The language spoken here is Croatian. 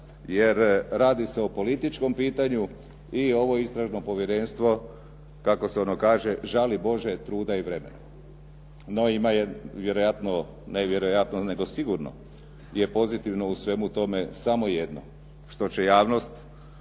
jer radi se o političkom pitanju i ovo Istražno povjerenstvo kako se ono kaže žali Bože truda i vremena. No ima vjerojatno, ne vjerojatno nego sigurno je pozitivno u svemu tome samo jedno što će javnost